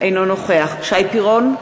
אינו נוכח שי פירון,